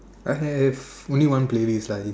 I have only one playlist lah it's